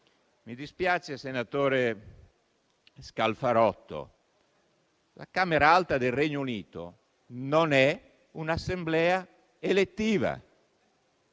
Mi dispiace, senatore Scalfarotto. La Camera alta del Regno Unito non è un'assemblea elettiva: